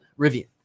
Rivian